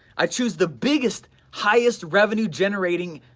i choose the biggest, highest revenue generating